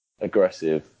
aggressive